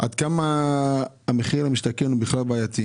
עד כמה המחיר למשתכן הוא בעייתי.